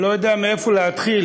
לא יודע מאיפה להתחיל,